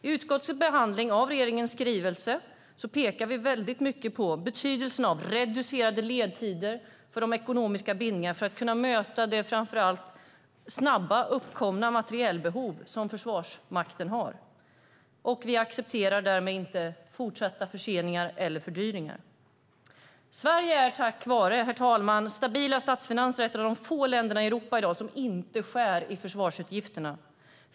I utskottets behandling av regeringens skrivelse pekar vi mycket på betydelsen av reducerade ledtider och ekonomiska bindningar för att kunna möta det snabbt uppkomna materielbehov som Försvarsmakten har. Vi accepterar därmed inte fortsatta förseningar eller fördyringar. Herr talman! Sverige är tack vare stabila statsfinanser ett av få länder i Europa i dag som inte skär i försvarsutgifterna.